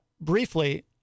briefly